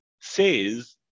says